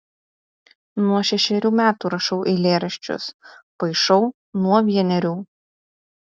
nuo šešerių metų rašau eilėraščius paišau nuo vienerių